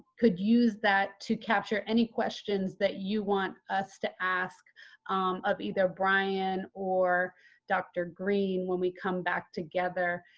could use that to capture any questions that you want us to ask of either brian or dr. green when we come back together,